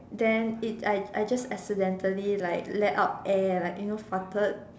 then it I I just accidentally like let out air like you know farted